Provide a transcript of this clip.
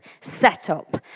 setup